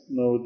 no